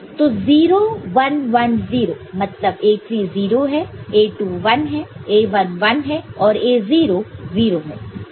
तो 0 1 1 0 मतलब A3 0 है A2 1 है A1 1 है और A0 0 है